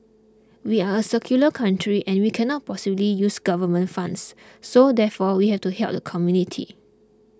we are a secular country and we cannot possibly use government funds so therefore we have to help the community